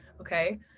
Okay